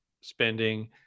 spending